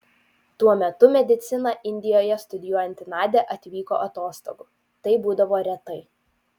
tuo metu mediciną indijoje studijuojanti nadia atvyko atostogų tai būdavo retai